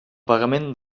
pagament